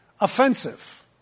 offensive